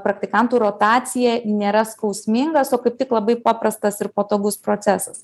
praktikantų rotacija nėra skausmingas o kaip tik labai paprastas ir patogus procesas